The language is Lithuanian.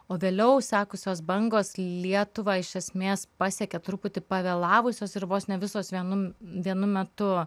o vėliau sekusios bangos lietuvą iš esmės pasiekė truputį pavėlavusios ir vos ne visos vienu vienu metu